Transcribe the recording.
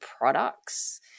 products